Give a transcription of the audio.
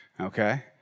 okay